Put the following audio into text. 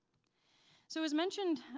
so as mentioned